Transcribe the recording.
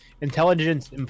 intelligence